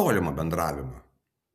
tolimą bendravimą